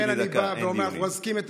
ולכן אני בא ואומר: אנחנו מחזקים את